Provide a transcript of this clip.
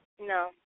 No